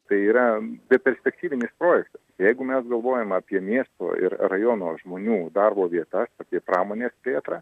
tai yra beperspektyvinis projektas jeigu mes galvojam apie miesto ir rajono žmonių darbo vietas apie pramonės plėtrą